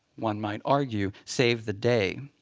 one might argue, saved the day.